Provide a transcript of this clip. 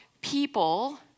people